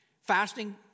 Fasting